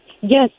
Yes